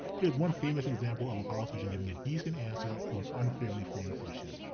here's one famous example of a politician giving a decent answer to an unfairly framed question.